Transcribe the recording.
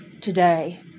today